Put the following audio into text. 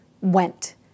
went